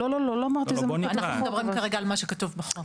אנחנו מדברים כרגע על מה שכתוב בחוק.